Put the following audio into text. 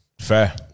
Fair